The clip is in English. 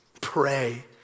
Pray